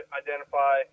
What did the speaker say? identify